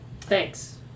Thanks